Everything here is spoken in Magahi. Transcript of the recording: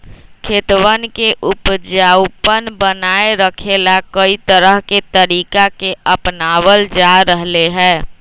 खेतवन के उपजाऊपन बनाए रखे ला, कई तरह के तरीका के अपनावल जा रहले है